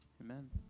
Amen